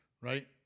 Right